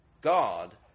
God